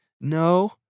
No